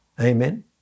Amen